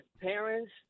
parents